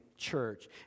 church